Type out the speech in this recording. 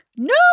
No